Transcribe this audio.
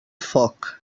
foc